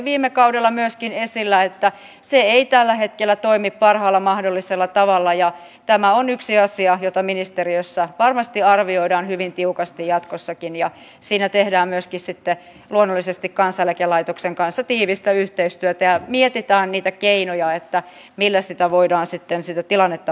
viime kaudella oli myöskin esillä että se ei tällä hetkellä toimi parhaalla mahdollisella tavalla ja tämä on yksi asia jota ministeriössä varmasti arvioidaan hyvin tiukasti jatkossakin ja siinä tehdään myöskin sitten luonnollisesti kansaneläkelaitoksen kanssa tiivistä yhteistyötä ja mietitään niitä keinoja millä sitä tilannetta voidaan sitten parantaa